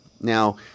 Now